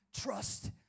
trust